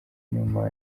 inyuma